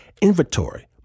inventory